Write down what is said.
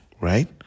right